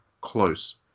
close